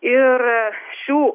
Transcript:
ir šių